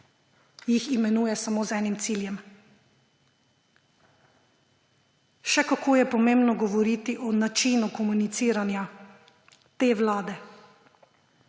jih imenuje samo z enim ciljem. Še kako je pomembno govoriti o načinu komuniciranja te Vlade